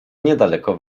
niedaleko